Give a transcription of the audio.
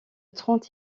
trente